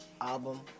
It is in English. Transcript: album